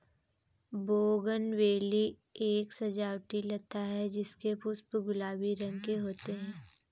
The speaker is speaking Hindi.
बोगनविले एक सजावटी लता है जिसके पुष्प गुलाबी रंग के होते है